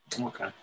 okay